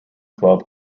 club